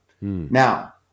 Now